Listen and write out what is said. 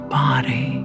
body